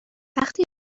وقتی